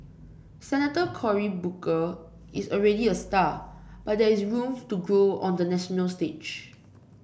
Senator Cory Booker is already a star but there is room to grow on the national stage